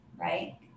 right